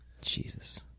Jesus